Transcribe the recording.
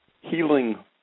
healing